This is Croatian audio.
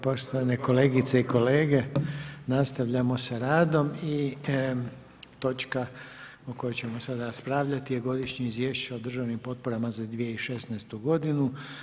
Poštovane kolegice i kolege, nastavljamo s radom. točka o kojoj ćemo sada raspravljati je: - Godišnje izvješće o državnim potporama za 2016. godinu.